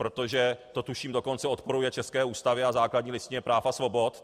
Protože to, tuším, dokonce odporuje i české Ústavě a základní listině práv a svobod.